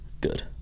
good